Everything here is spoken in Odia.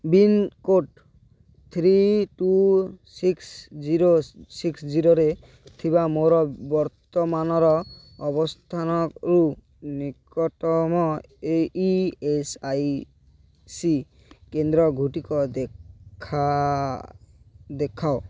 pincode three two six zero six ଜିରୋରେ ଥିବା ମୋର ବର୍ତ୍ତମାନର ଅବସ୍ଥାନରୁ ନିକଟତମ ଇ ଏସ୍ ଆଇ ସି କେନ୍ଦ୍ରଗୁଡ଼ିକ ଦେଖା ଦେଖାଅ